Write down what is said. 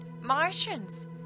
Martians